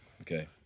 Okay